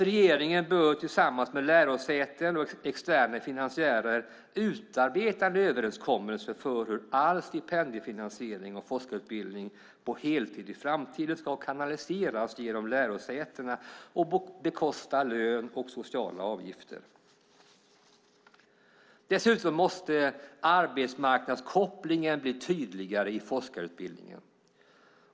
Regeringen bör tillsammans med lärosäten och externa finansiärer utarbeta en överenskommelse för hur all stipendiefinansiering av forskarutbildning på heltid i framtiden ska kanaliseras genom lärosätena och bekosta lön och sociala avgifter. Dessutom måste arbetsmarknadskopplingen bli tydligare i forskarutbildningen.